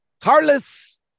Carlos